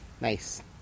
Nice